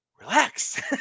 relax